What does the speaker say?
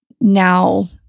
now